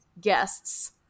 guests